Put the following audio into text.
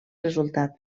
resultat